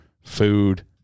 food